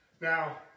Now